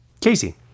Casey